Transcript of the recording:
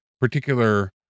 particular